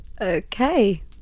Okay